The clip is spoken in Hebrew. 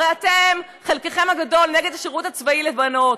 הרי חלקכם הגדול נגד שירות צבאי לבנות,